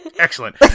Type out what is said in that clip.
Excellent